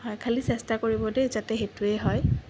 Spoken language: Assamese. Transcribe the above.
হয় খালি চেষ্টা কৰিব দেই যাতে সেইটোৱেই হয়